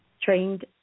trained